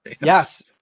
yes